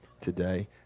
today